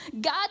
God